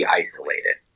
isolated